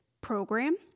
program